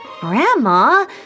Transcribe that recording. Grandma